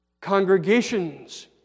Congregations